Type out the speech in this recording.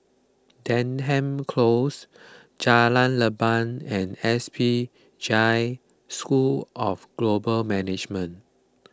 Denham Close Jalan Leban and S P Jain School of Global Management